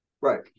Right